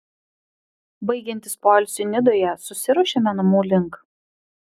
baigiantis poilsiui nidoje susiruošėme namų link